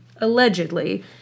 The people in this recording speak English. allegedly